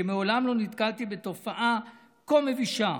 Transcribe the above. שמעולם לא נתקלתי בתופעה כה מבישה.